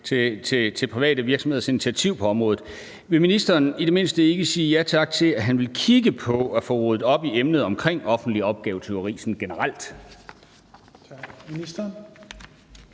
til private virksomheders initiativ på området. Vil ministeren i det mindste ikke sige ja tak til, at han vil kigge på at få ryddet op i emnet omkring offentligt opgavetyveri sådan generelt?